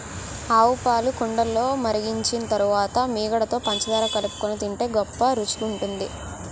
ఆవుపాలు కుండలో మరిగించిన తరువాత మీగడలో పంచదార కలుపుకొని తింటే గొప్ప రుచిగుంటది